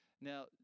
Now